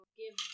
give